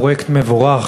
פרויקט מבורך,